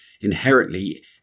inherently